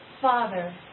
Father